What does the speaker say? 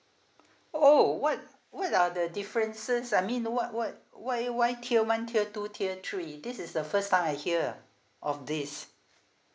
oh what what are the differences I mean what what why why tier one tier two tier three this is the first time I hear of this